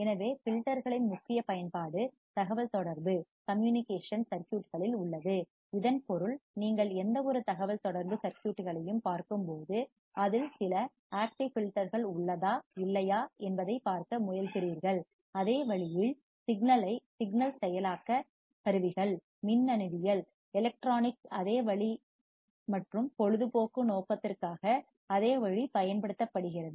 எனவே ஃபில்டர்களின் முக்கிய பயன்பாடு தகவல் தொடர்பு கம்யூனிகேஷன் சர்க்யூட்களில் உள்ளது இதன் பொருள் நீங்கள் எந்தவொரு தகவல்தொடர்பு கம்யூனிகேஷன் சர்க்யூட்களையும் பார்க்கும்போது அதில் சில ஆக்டிவ் ஃபில்டர்கள் உள்ளதா இல்லையா என்பதைப் பார்க்க முயல்கிறீர்கள் அதே வழியில் சிக்னல் செயலாக்க ப்ராசஸ்சிங் கருவிகள் மின்னணுவியலில் எலக்ட்ரானிக்ஸ் அதே வழி மற்றும் பொழுதுபோக்கு நோக்கத்திற்காக அதே வழி பயன்படுத்தப்படுகிறது